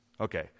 okay